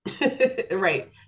Right